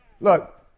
look